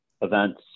events